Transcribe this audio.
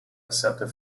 accepted